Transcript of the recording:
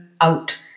out